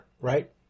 right